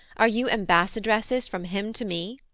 are you ambassadresses from him to me?